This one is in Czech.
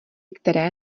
které